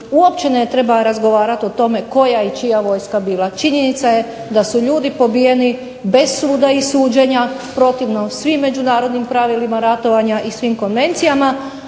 uopće ne treba razgovarati o tome koja i čija vojska je bila. Činjenica je da su ljudi pobijeni bez suda i suđenja, protivno svim međunarodnim pravilima ratovanja i svim konvencijama,